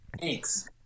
Thanks